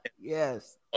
yes